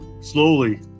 slowly